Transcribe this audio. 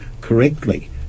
correctly